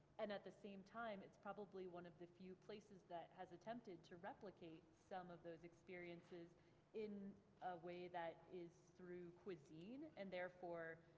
and at the same time it's probably one of the few places that has attempted to replicate some of those experiences in a way that is through cuisine, and therefore,